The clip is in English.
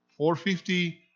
450